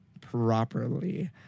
properly